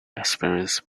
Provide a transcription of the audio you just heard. experienced